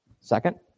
Second